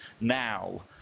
now